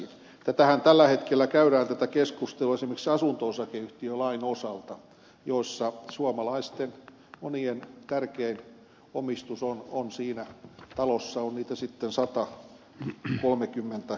tätä keskusteluahan tällä hetkellä käydään esimerkiksi asunto osakeyhtiölain osalta monien suomalaisten tärkein omistushan on siinä talossa on niitä asuntoja sitten sata tai kolmekymmentä joka on tämä raja